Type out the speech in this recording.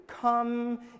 come